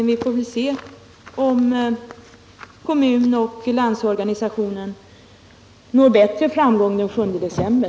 Vi får väl se om kommunen och Landsorganisationen når bättre framgång den 7 december.